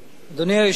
אדוני היושב-ראש,